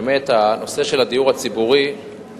באמת, הנושא של הדיור הציבורי הוא